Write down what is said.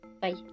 bye